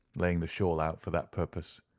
laying the shawl out for that purpose.